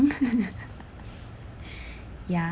ya